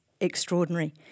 extraordinary